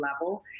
level